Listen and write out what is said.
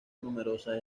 numerosas